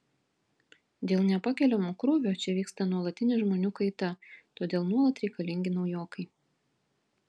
dėl nepakeliamo krūvio čia vyksta nuolatinė žmonių kaita todėl nuolat reikalingi naujokai